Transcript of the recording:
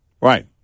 Right